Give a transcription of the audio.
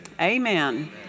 Amen